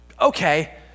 Okay